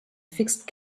fixed